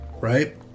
right